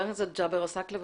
חבר הכנסת ג'אבר עסאקלה.